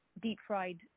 deep-fried